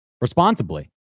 responsibly